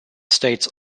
states